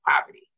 poverty